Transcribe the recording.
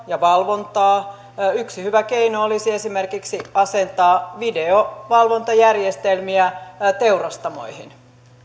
ja valvontaa yksi hyvä keino olisi esimerkiksi asentaa videovalvontajärjestelmiä teurastamoihin